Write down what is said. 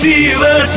Fever